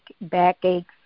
backaches